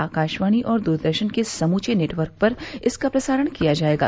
आकाशवाणी और दूरदर्शन के समूचे नेटवर्क पर इसका प्रसारण किया जायेगा